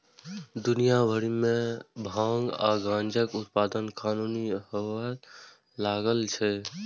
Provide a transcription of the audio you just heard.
दुनिया भरि मे भांग आ गांजाक उत्पादन कानूनन हुअय लागल छै